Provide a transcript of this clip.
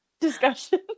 discussion